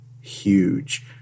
huge